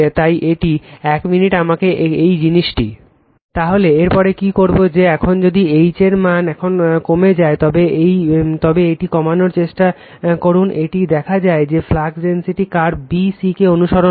তাই এটি 1 মিনিট আমাকে এই জিনিসটি তাহলে এর পরে কি করব যে এখন যদি H এর মান এখন কমে যায় তবে এটি কমানোর চেষ্টা করুন এটি দেখা যায় যে flux density curve b c কে অনুসরণ করে